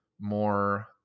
more